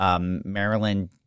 Maryland